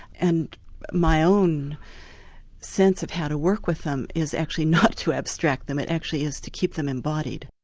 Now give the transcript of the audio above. and my own sense of how to work with them is actually not to abstract them, it actually is to keep them embodied.